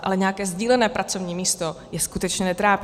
Ale nějaké sdílené pracovní místo je skutečně netrápí.